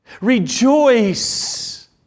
rejoice